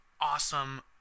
awesome